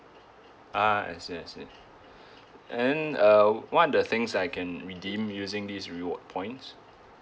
ah I see I see and uh what are the things that I can redeem using this reward points